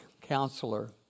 counselor